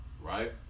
Right